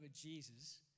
Jesus